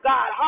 God